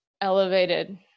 elevated